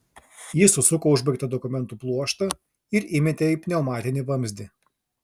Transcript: jis susuko užbaigtą dokumentų pluoštą ir įmetė į pneumatinį vamzdį